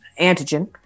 antigen